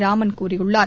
ராமன் கூறியுள்ளார்